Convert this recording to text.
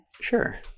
sure